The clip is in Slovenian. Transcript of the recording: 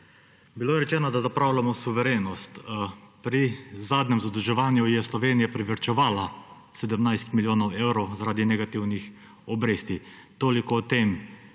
Bilo je rečeno, da zapravljamo suverenost. Pri zadnjem zadolževanju je Slovenija privarčevala 17 milijonov evrov zaradi negativnih obresti. Toliko o tem,